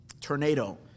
tornado